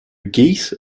geese